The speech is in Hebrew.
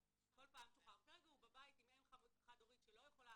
אבל כל פעם הוא שוחרר וכרגע הוא בבית עם אם חד הורית שלא יכולה